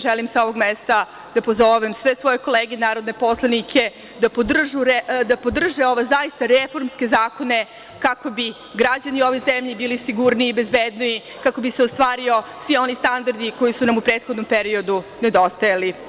Želim sa ovog mesta da pozovem sve svoje kolege narodne poslanike da u danu za glasanje podrže ove reformske zakone, kako bi građani ove zemlje bili sigurniji, bezbedniji, kako bi se ostvarili svi oni standardi koji su nam u prethodnom periodu nedostajali.